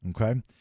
Okay